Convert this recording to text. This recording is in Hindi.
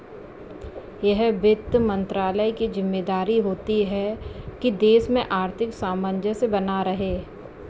यह वित्त मंत्रालय की ज़िम्मेदारी होती है की देश में आर्थिक सामंजस्य बना रहे